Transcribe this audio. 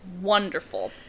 wonderful